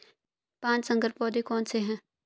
पाँच संकर पौधे कौन से हैं?